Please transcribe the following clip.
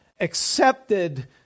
accepted